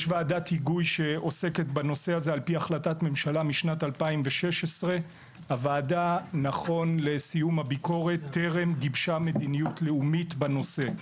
יש ועדת היגוי שעוסקת בנושא הזה על-פי החלטת ממשלה משנת 2016. הוועדה נכון לסיום הביקורת טרם גיבשה מדיניות לאומית בנושא.